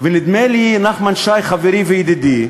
נדמה לי, נחמן שי, חברי וידידי,